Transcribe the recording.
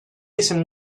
isim